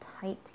tight